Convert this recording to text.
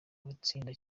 abatsinda